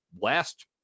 last